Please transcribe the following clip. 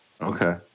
Okay